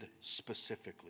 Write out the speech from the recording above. specifically